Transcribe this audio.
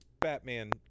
Batman